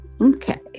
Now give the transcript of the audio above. okay